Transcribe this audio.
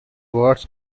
words